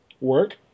Work